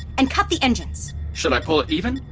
and cut the engines should i pull it even?